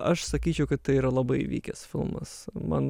aš sakyčiau kad tai yra labai vykęs filmas man